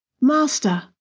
Master